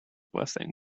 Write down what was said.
blessing